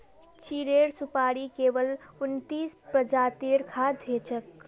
चीड़ेर सुपाड़ी केवल उन्नतीस प्रजातिर खाद्य हछेक